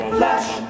flash